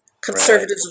Conservatives